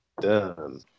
Done